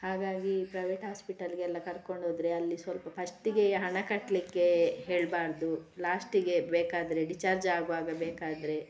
ಹಾಗಾಗಿ ಪ್ರೈವೇಟ್ ಹಾಸ್ಪಿಟಲಿಗೆಲ್ಲ ಕರ್ಕೊಂಡೋದರೆ ಅಲ್ಲಿ ಸ್ವಲ್ಪ ಫಸ್ಟಿಗೆ ಹಣ ಕಟ್ಟಲಿಕ್ಕೆ ಹೇಳಬಾರ್ದು ಲಾಸ್ಟಿಗೆ ಬೇಕಾದರೆ ಡಿಸ್ಚಾರ್ಜ್ ಆಗುವಾಗ ಬೇಕಾದರೆ